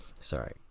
Sorry